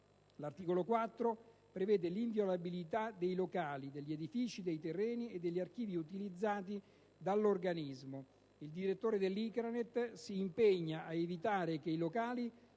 L'articolo 4 prevede l'inviolabilità dei locali, degli edifici, dei terreni e degli archivi utilizzati dall'organismo. Il direttore dell'ICRANET si impegna a evitare che i locali